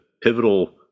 pivotal